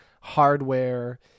hardware